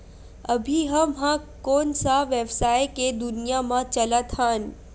अभी हम ह कोन सा व्यवसाय के दुनिया म चलत हन?